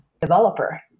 developer